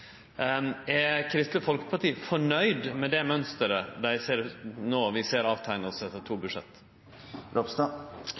Er Kristeleg Folkeparti fornøgd med det mønsteret vi no ser teikne seg etter to